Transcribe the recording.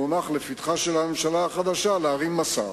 מונח לפתחה של הממשלה החדשה, להרים מסך.